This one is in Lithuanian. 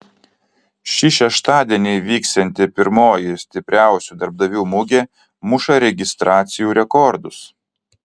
šį šeštadienį vyksianti pirmoji stipriausių darbdavių mugė muša registracijų rekordus